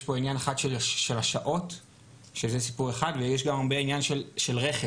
יש פה עניין אחד של השעות שזה סיפור אחד ויש גם עניין של רכש.